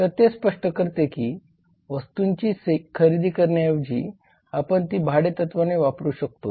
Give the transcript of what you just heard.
तर ते स्पष्ट करते की वस्तूंची खरेदी करण्याएवजी आपण ती भाडे तत्वाने वापरू शकतोत